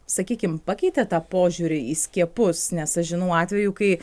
sakykim pakeitė tą požiūrį į skiepus nes aš žinau atvejų kai